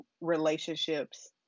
relationships